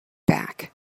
back